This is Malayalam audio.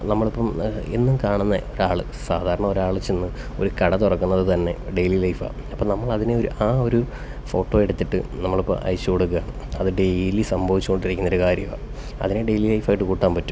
നമ്മൾ ഇപ്പം എന്നും കാണുന്ന ഒരാൾ സാധാരണ ഒരാൾ ചെന്ന് ഒരു കട തുറക്കുന്നത് തന്നെ ഡെയിലി ലൈഫാ അപ്പോൾ നമ്മൾ അതിനെ ഒരു ആ ഒരു ഫോട്ടോ എടുത്തിട്ട് നമ്മൾ ഇപ്പം അയച്ചു കൊടുക്കുക അത് ഡെയിലി സംഭവിച്ചുകൊണ്ടിരിക്കുന്ന ഒരു കാര്യമാ അതിനെ ഡെയിലി ലൈഫ് ആയിട്ട് കൂട്ടാന് പറ്റും